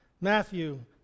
Matthew